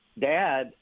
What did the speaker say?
dad